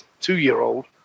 two-year-old